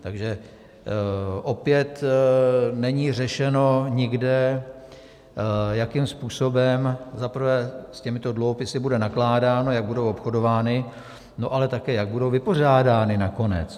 Takže opět není řešeno nikde, jakým způsobem za prvé s těmito dluhopisy bude nakládáno, jak budou obchodovány, ale také jak budou vypořádány nakonec.